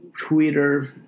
Twitter